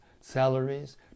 salaries